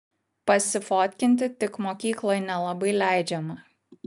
pasifotkinti tik mokykloj nelabai leidžiama